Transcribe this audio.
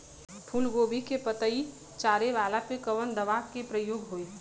फूलगोभी के पतई चारे वाला पे कवन दवा के प्रयोग होई?